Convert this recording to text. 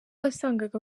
wasangaga